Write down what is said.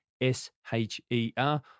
S-H-E-R